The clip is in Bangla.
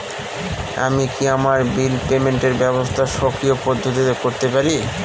আমি কি আমার বিল পেমেন্টের ব্যবস্থা স্বকীয় পদ্ধতিতে করতে পারি?